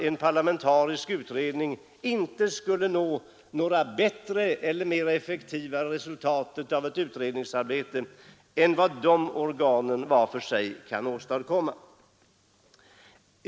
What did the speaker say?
En parlamentarisk utredning skulle inte nå några bättre resultat än de organen var för sig kan nå.